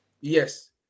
Yes